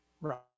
right